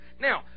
Now